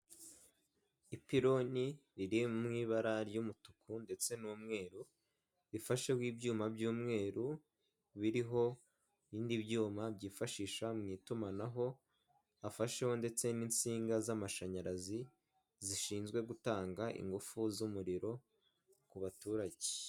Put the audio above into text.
Ipironi riri mu ibara ry'umutuku ndetse n'umweru rifasheho ibyuma by'umweru biriho ibindi byuma byifashisha mu itumanaho hafasheho ndetse n'insinga z'amashanyarazi zishinzwe mu gutanga ingufu z'umuriro ku baturage.